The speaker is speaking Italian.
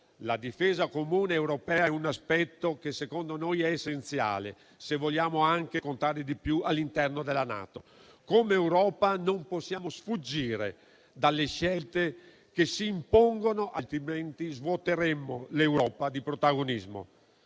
la difesa comune europea è un aspetto che secondo noi è essenziale, se vogliamo contare di più anche all'interno della NATO. Come Europa non possiamo sfuggire dalle scelte che si impongono, altrimenti svuoteremmo l'Europa di protagonismo.